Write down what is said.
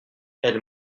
elle